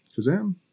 Kazam